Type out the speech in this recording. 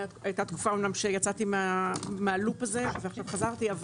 אמנם היתה תקופה שיצאתי מהלופ הזה ועכשיו חזרתי.